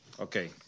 Okay